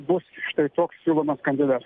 bus štai toks siūlomas kandidatas